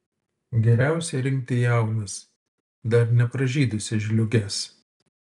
geriausia rinkti jaunas dar nepražydusias žliūges